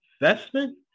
investment